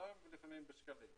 בדולרים ולפעמים בשקלים.